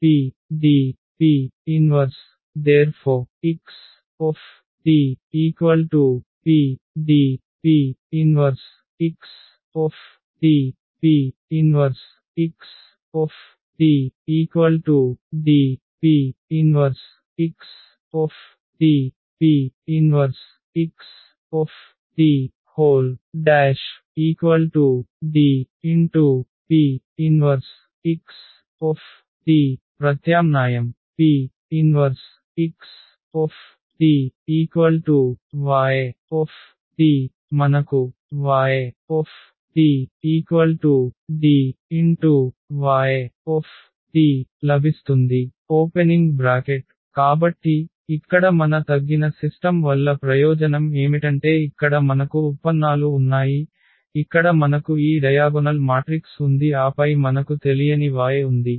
అప్పుడు D P 1AP ⇒A PDP 1 ∴Xt PDP 1X P 1Xt DP 1X P 1Xt DP 1Xt ప్రత్యామ్నాయం P 1Xt Y మనకు Yt D Yt లభిస్తుంది కాబట్టి ఇక్కడ మన తగ్గిన సిస్టమ్ వల్ల ప్రయోజనం ఏమిటంటే ఇక్కడ మనకు ఉత్పన్నాలు ఉన్నాయి ఇక్కడ మనకు ఈ డయాగొనల్ మాట్రిక్స్ ఉంది ఆపై మనకు తెలియని y ఉంది